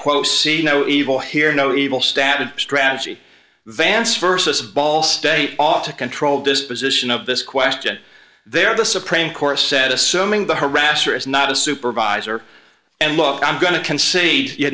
quo see no evil hear no evil static strategy vance versus ball state ought to control disposition of this question there the supreme court said assuming the harasser is not a supervisor and look i'm going to concede you